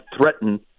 threaten